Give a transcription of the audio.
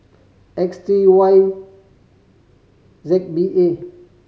X three Y Z B A